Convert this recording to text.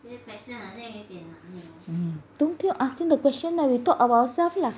don't keep on asking the question lah we talk ourself lah